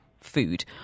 food